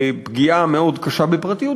פגיעה מאוד קשה בפרטיות,